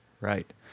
right